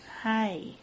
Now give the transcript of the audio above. hi